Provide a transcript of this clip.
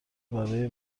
برای